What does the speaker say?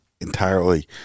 entirely